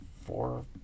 four